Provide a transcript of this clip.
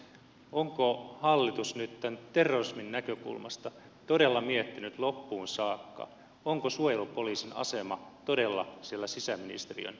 onko hallitus nytten terrorismin näkökulmasta todella miettinyt loppuun saakka onko suojelupoliisin asema todella siellä sisäministeriön alaisuudessa